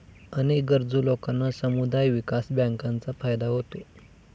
अनेक गरजू लोकांना समुदाय विकास बँकांचा फायदा होतो